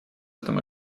этому